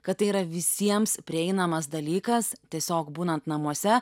kad tai yra visiems prieinamas dalykas tiesiog būnant namuose